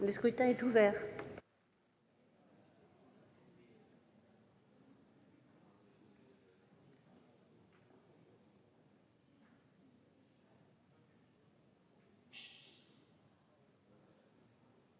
Le scrutin est ouvert.